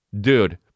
dude